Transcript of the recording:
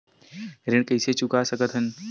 ऋण कइसे चुका सकत हन?